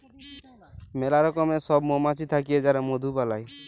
ম্যালা রকমের সব মমাছি থাক্যে যারা মধু বালাই